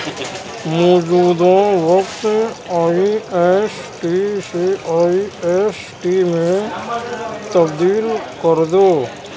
موجودہ وقت I S T سے آئی ایس ٹی میں تبدیل کر دو